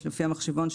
לפי המחשבון,